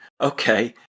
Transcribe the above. Okay